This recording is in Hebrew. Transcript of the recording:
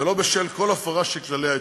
ולא בשל כל הפרה של כללי האתיקה.